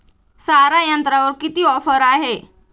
सारा यंत्रावर किती ऑफर आहे?